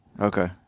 Okay